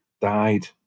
died